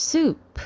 Soup